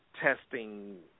Testing